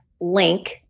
LINK